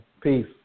Peace